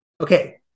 okay